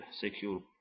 secure